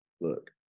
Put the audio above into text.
look